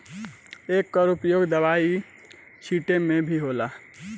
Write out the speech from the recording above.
एकर उपयोग दवाई छींटे मे भी होखेला